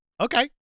okay